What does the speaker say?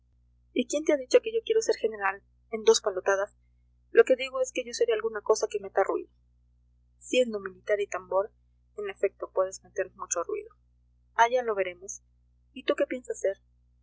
y quién te ha dicho que yo quiero ser general en dos palotadas lo que digo es que yo seré alguna cosa que meta ruido siendo militar y tambor en efecto puedes meter mucho ruido allá lo veremos y tú qué piensas ser